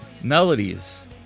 melodies